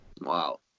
wow